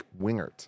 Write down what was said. Wingert